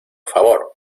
favor